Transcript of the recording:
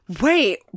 Wait